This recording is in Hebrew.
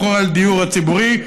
בכל הדיור הציבורי,